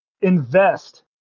invest